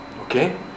okay